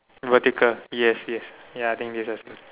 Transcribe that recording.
vertical yes yes ya I think this is